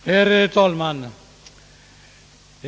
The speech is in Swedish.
Herr talman!